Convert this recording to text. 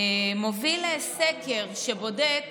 מוביל סקר שבודק